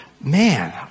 man